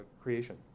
creation